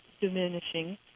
diminishing